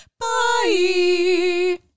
Bye